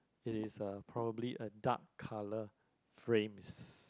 it is uh probably a dark coloured frames